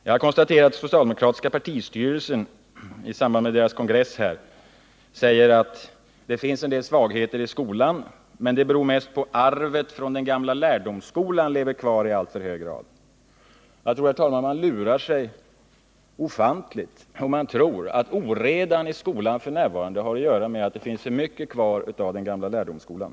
Jag har konstaterat att socialdemokratiska partistyrelsen i samband med partiets kongress sade att det finns en del svagheter i skolan, men att de mest beror på att arvet från den gamla lärdomsskolan lever kvar i alltför hög grad. Jag tror att man lurar sig ofantligt om man tror att oredan i skolan f. n. har att göra med att det finns för mycket kvar av den gamla lärdomsskolan.